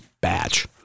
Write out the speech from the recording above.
batch